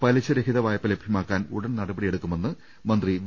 പലിശരഹിത വായ്പ ലഭ്യമാക്കാൻ ഉടൻ നടപടിയെടുക്കുമെന്ന് മന്ത്രി വി